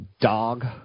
dog